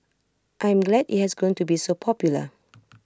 I am glad IT has grown to be so popular